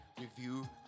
review